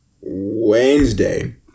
Wednesday